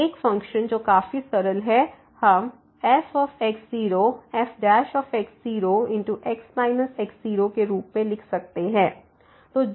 तो एक फ़ंक्शन जो काफी सरल है हम f f केरूप में लिख सकते हैं